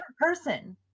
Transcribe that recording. person